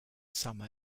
summer